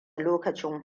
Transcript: lokacin